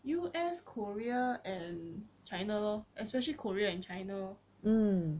U_S korea and china lor especially korea and china lor